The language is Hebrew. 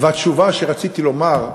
והתשובה שרציתי לומר,